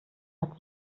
hat